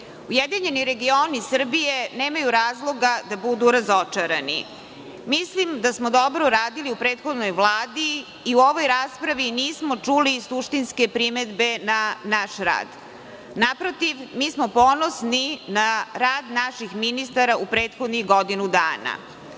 regioni Srbije nemaju razloga da budu razočarani. Mislim da smo dobro radili u prethodnoj Vladi i u ovoj raspravi nismo čuli suštinske primedbe na naš rad. Naprotiv, mi smo ponosni na rad naših ministara u prethodnih godinu dana.